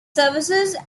services